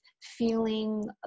feeling